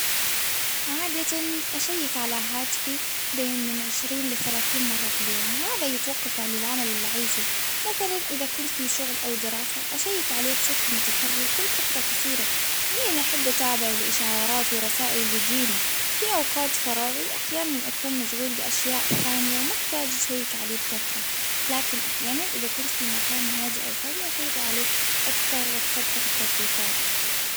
عادة أشيك على هاتفي بين من عشرين لثلاثين مرة في اليوم، وهذا يتوقف عن العمل اللي أعيشه، مثلا إذا كنت في شغل أو دراسة أشيك عليه بشكل متكرر كل فترة قصيرة، لإني أنا أحب أتابع الإشعارات ورسائلي اللي تجيني، في أوقات فراغي أحيانا أكون مشغول بأشياء ثانية، ومحتاج أشيك عليه بكثرة، لكن أحيانا إذا كنت في مكان هادئ، أو فاضي أإشيك عليه أكثر وأصفح التطبيقات.